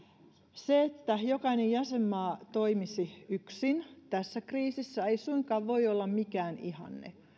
se että jokainen jäsenmaa toimisi yksin tässä kriisissä ei suinkaan voi olla mikään ihanne